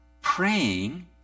praying